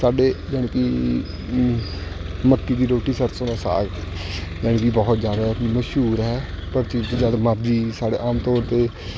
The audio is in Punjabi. ਸਾਡੇ ਜਾਣੀ ਕਿ ਮੱਕੀ ਦੀ ਰੋਟੀ ਸਰਸੋਂ ਦਾ ਸਾਗ ਜਾਣੀ ਕਿ ਬਹੁਤ ਜ਼ਿਆਦਾ ਮਸ਼ਹੂਰ ਹੈ ਪਰ ਜਦ ਮਰਜ਼ੀ ਸਾਡੇ ਆਮ ਤੌਰ 'ਤੇ